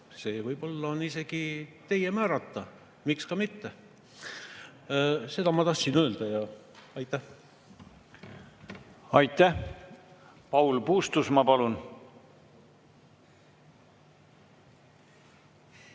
see võib-olla on isegi teie määrata. Miks ka mitte? Seda ma tahtsin öelda. Aitäh! Aitäh! Paul Puustusmaa, palun!